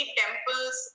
temples